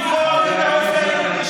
אנחנו רוצים שוויון,